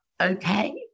okay